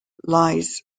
lies